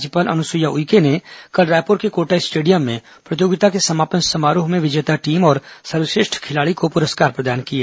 राज्यपाल अनुसुईया उइके ने कल रायपुर के कोटा स्टेडियम में प्रतियोगिता के समापन समारोह में विजेता टीम और सर्वश्रेष्ठ खिलाड़ी को पुरस्कार प्रदान किए